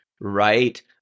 right